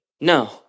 no